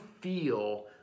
feel